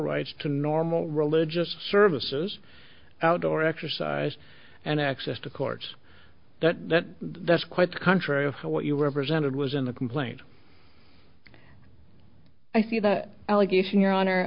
rights to normal religious services outdoor exercise and access to courts that that's quite the contrary of what you represented was in the complaint i see that allegation your honor